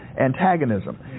antagonism